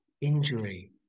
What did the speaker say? injury